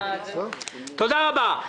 תודה רבה.